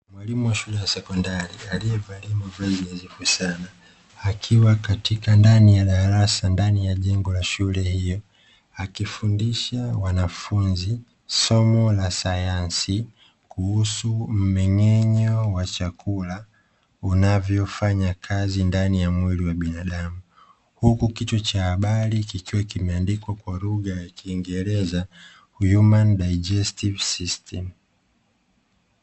Mwalimu wa shule ya sekondari aliyevalia mavazi nadhifu sana akiwa katika ndani ya darasa ndani ya jengo la shule hiyo, akifundisha wanafunzi somo la sayansi kuhusu mmeng'enyo wa chakula unavyofanya kazi ndani ya mwili wa binadamu. Huku kichwa cha habari kikiwa kimeandikwa kwa lugha ya kiingereza "human digestive system".